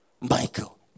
Michael